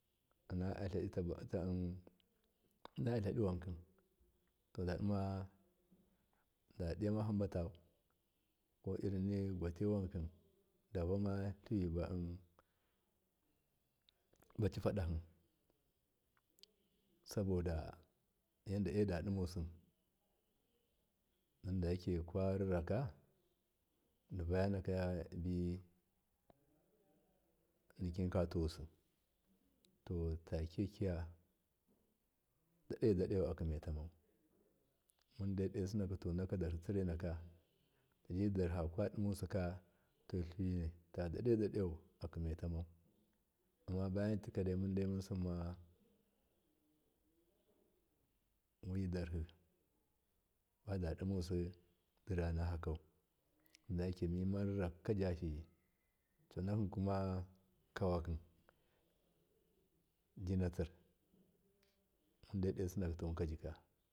Inna atladi wanki tadadiyama hambatawan ki gwa taiwanki davama tliwibacifadahi saboda yadda enadadimusi endayake kwariraka di vaya nakabi innigyaka tuwusi to tagyiya gyia dada ida dayu akimaitamau munde dosinak tuwun naka darhi tsirnemaka tijidarhi kwadimasika totliwi tadadaidadayu akimastamau ammabayanti kadai munsima widarhi badaimusi daranahakau zahiri mimar rirakika conakin kuma kawaka jinatsir munka dosinaki duwunka.